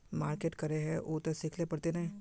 Market करे है उ ते सिखले पड़ते नय?